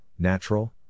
natural